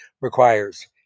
requires